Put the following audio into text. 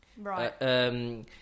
right